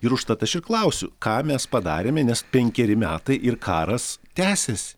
ir užtat aš ir klausiu ką mes padarėme nes penkeri metai ir karas tęsiasi